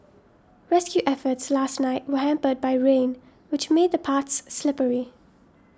rescue efforts last night were hampered by rain which made the paths slippery